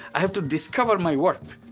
i have to discover my worth.